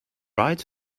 right